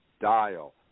dial